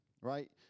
right